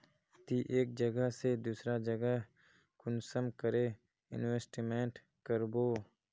ती एक जगह से दूसरा जगह कुंसम करे इन्वेस्टमेंट करबो?